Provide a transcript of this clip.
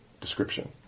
description